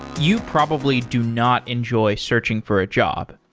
you probably do not enjoy searching for a job.